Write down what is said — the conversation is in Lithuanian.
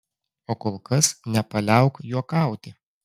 o kol kas nepaliauk juokauti